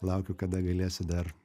laukiu kada galėsiu dar